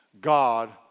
God